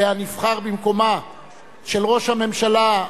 שאליה נבחר במקום ראש הממשלה,